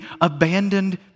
abandoned